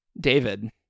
David